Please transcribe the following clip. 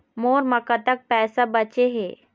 मोर म कतक पैसा बचे हे?